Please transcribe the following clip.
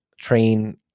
train